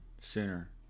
sooner